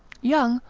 young,